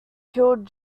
killed